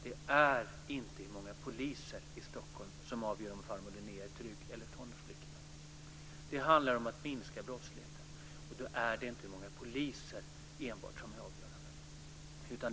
Det är inte antalet poliser i Stockholm som avgör om farmor Linnéa eller tonårsflickorna är trygga. Det handlar om att minska brottsligheten. Då är inte enbart antalet poliser avgörande.